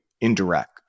indirect